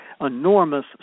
enormous